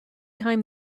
time